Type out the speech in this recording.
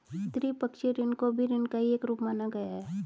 द्विपक्षीय ऋण को भी ऋण का ही एक रूप माना गया है